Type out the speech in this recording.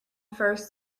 first